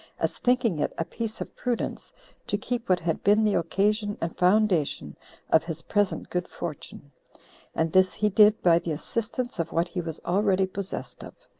as thinking it a piece of prudence to keep what had been the occasion and foundation of his present good fortune and this he did by the assistance of what he was already possessed of,